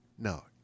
No